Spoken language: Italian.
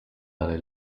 dalle